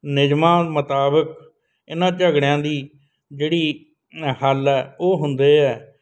ਨਿਯਮਾਂ ਮੁਤਾਬਿਕ ਇਹਨਾਂ ਝਗੜਿਆਂ ਦੀ ਜਿਹੜੀ ਹੱਲ ਹੈ ਉਹ ਹੁੰਦੇ ਆ